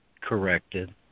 corrected